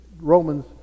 Romans